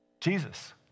Jesus